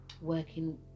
working